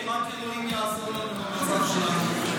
כי רק אלוקים יעזור לנו במצב שלנו.